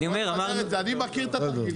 בוא נסדר את זה, אני מכיר את התרגילים.